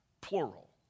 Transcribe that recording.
plural